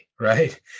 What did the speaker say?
right